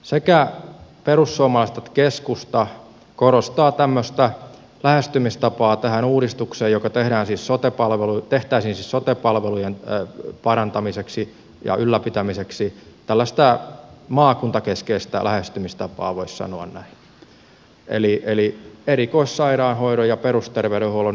sekä perussuomalaiset että keskusta korostavat tähän uudistukseen joka tehtäisiin siis sote palvelujen parantamiseksi ja ylläpitämiseksi tällaista maakuntakeskeistä lähestymistapaa voisi sanoa näin eli erikoissairaanhoidon ja perusterveydenhuollon nivomista yhteen